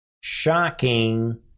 Shocking